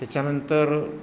त्याच्यानंतर